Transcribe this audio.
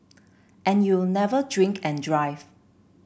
and you'll never drink and drive